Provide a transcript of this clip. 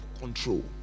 control